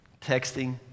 texting